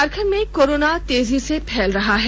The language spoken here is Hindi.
झारखंड में कोरोना तेजी से फेल रहा है